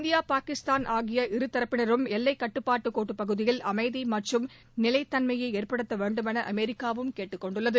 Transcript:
India Pakistan ஆகிய இருதரப்பினரும் எல்லைக் கட்டுப்பாட்டு கோட்டுப் பகுதியில் அமைதி மற்றம் நிலைத்தன்மையை ஏற்படுத்த வேண்டும் என அமெரிக்காவும் கேட்டுக்கொண்டுள்ளது